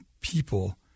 people